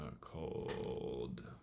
called